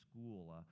school